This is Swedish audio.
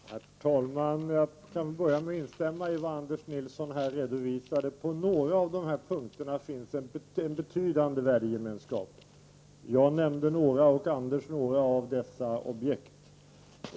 Herr talman! Jag kan börja med att instämma i vad Anders Nilsson här redovisade. På några av punkterna finns en betydande värdegemenskap. Jag nämnde några och Anders några av dessa objekt.